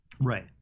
Right